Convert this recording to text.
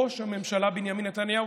ראש הממשלה בנימין נתניהו,